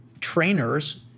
trainers